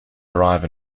arrive